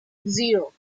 zero